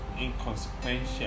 inconsequential